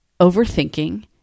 overthinking